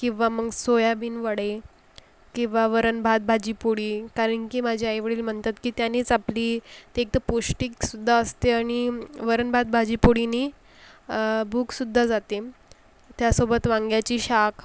किंवा मग सोयाबीन वडे किंवा वरण भात भाजी पोळी कारण की माझे आईवडील म्हणतात की त्यांनीच आपली एकतर पौष्टिकसुद्धा असते आणि वरण भात भाजी पोळीनी भूकसुद्धा जाते त्यासोबत वांग्याची शाख